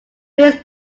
please